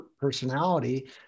personality